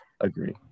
Agree